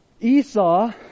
Esau